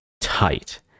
tight